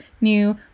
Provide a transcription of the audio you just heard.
new